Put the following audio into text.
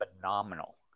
phenomenal